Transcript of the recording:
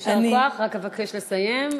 יישר כוח, רק אבקש לסיים.